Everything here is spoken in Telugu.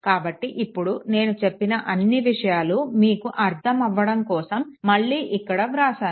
కాబట్టి ఇప్పుడు నేను చెప్పిన అన్నీ విషయాలు మీకు అర్థం అవ్వడం కోసం మళ్ళీ ఇక్కడ వ్రాసాను